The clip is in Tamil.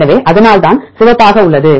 எனவே இதனால்தான் சிவப்பாக உள்ளது